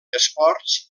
esports